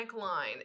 line